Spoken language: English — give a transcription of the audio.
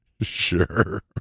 Sure